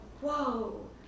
whoa